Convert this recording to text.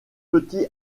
petit